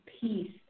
peace